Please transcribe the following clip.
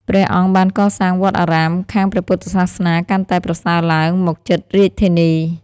ព្រះអង្គបានកសាងវត្តអារាម ខាងព្រះពុទ្ធសាសនាកាន់តែប្រសើរឡើងមកជិតរាជធានី ។